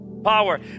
Power